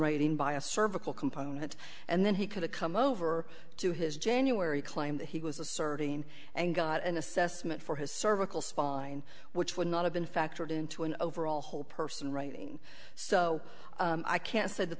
writing by a cervical component and then he could have come over to his january claim that he was asserting and got an assessment for his cervical spine which would not have been factored into an overall whole person writing so i can't say that